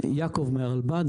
יעקב מהרלב"ד.